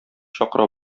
чакыра